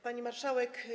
Pani Marszałek!